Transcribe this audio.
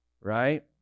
right